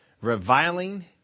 reviling